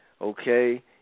okay